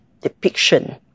depiction